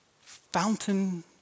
fountain